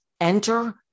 Enter